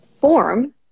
form